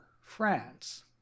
France